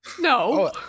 no